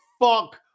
fuck